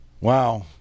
Wow